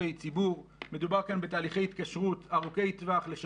משה ארבל בנושא: רכישת שירותים על ידי המדינה,